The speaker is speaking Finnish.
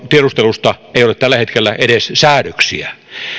tiedustelusta ei ole tällä hetkellä edes säädöksiä